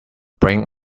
brink